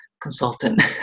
consultant